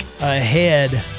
ahead